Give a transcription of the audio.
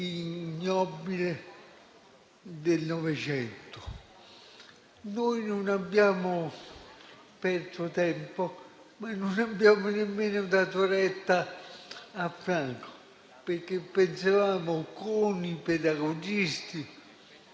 ignobili del Novecento. Noi non abbiamo perso tempo, ma non abbiamo dato retta a Franco, perché pensavamo, con i pedagogisti,